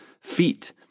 feet